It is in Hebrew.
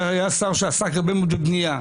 אבל היה שר שעסק הרבה מאוד בבנייה.